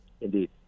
Indeed